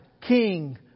king